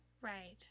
right